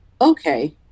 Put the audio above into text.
Okay